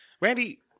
randy